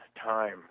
time